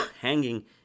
hanging